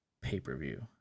pay-per-view